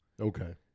Okay